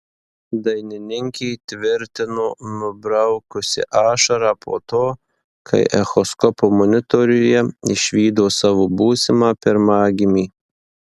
dainininkė tvirtino nubraukusi ašarą po to kai echoskopo monitoriuje išvydo savo būsimą pirmagimį